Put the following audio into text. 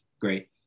great